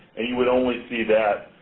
and you would only see that